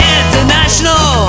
international